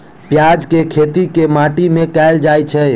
प्याज केँ खेती केँ माटि मे कैल जाएँ छैय?